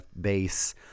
base